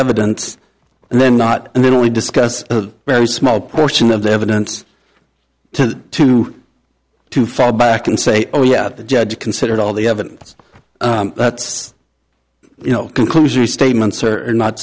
evidence and then not and then we discuss a very small portion of the evidence tends to to fall back and say oh yeah the judge considered all the evidence that's you know conclusion or statements are not